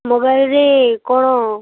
ମୋବାଇଲରେ କ'ଣ